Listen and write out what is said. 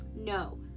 No